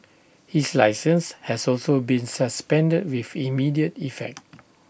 his licence has also been suspended with immediate effect